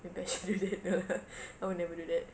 maybe I should do that !duh! I will never do that